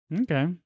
Okay